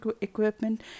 equipment